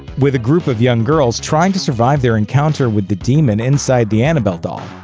with a group of young girls trying to survive their encounter with the demon inside the annabelle doll.